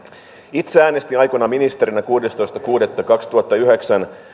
itse äänestin aikoinaan ministerinä kuudestoista kuudetta kaksituhattayhdeksän